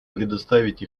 предоставить